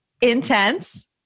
intense